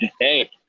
Hey